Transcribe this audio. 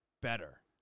better